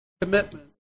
commitment